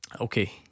Okay